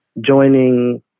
joining